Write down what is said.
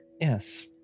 Yes